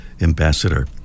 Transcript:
ambassador